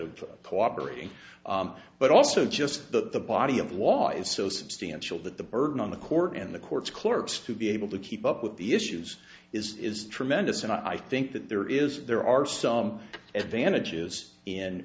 of cooperating but also just that the body of law is so substantial that the burden on the court and the courts clerks to be able to keep up with the issues is tremendous and i think that there is there are some advantages in